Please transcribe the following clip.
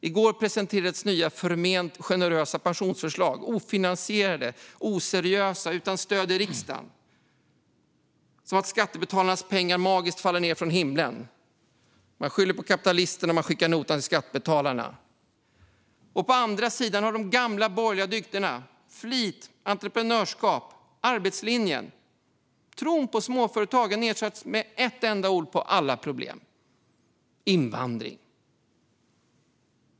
I går presenterades nya förment generösa pensionsförslag. De är ofinansierade, oseriösa och utan stöd i riksdagen, och skattebetalarnas pengar ska magiskt falla ned från himlen. Man skyller på kapitalisterna och skickar notan till skattebetalarna. På andra sidan har de gamla borgerliga dygderna flit, entreprenörskap, arbetslinjen och tron på småföretagen ersatts med ett enda ord som lösning på alla problem: invandring.